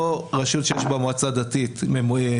או רשות שיש בה מועצה דתית נבחרת,